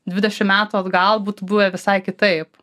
dvidešim metų atgal būtų buvę visai kitaip